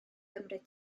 gymryd